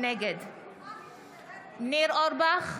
נגד ניר אורבך,